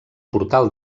portal